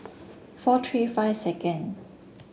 four three five second